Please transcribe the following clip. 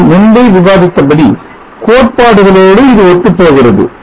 நாம் முன்பே விவாதித்த படி கோட்பாடுகளோடு இது ஒத்துப்போகிறது